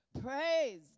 Praise